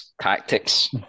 tactics